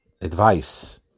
advice